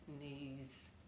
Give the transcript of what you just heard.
knees